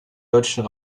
deutschen